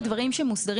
אני גם זכרתי תאונות,